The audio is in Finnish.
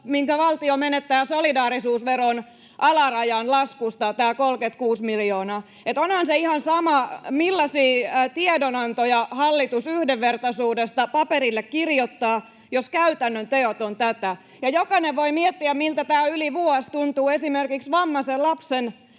minkä valtio menettää solidaarisuusveron alarajan laskusta? Että onhan se ihan sama, millaisia tiedonantoja hallitus yhdenvertaisuudesta paperille kirjoittaa, jos käytännön teot ovat tätä. Jokainen voi miettiä, miltä tämä yli vuosi tuntuu esimerkiksi vammaisen lapsen